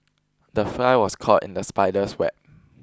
the fly was caught in the spider's web